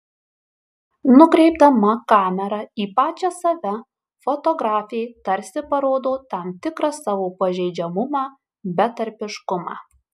nukreipdama kamerą į pačią save fotografė tarsi parodo tam tikrą savo pažeidžiamumą betarpiškumą